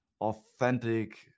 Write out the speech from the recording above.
authentic